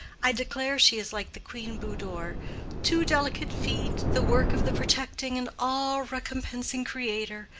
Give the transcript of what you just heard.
i declare she is like the queen budoor two delicate feet, the work of the protecting and all-recompensing creator,